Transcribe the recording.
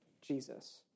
Jesus